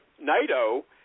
NATO